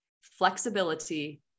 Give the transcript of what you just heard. flexibility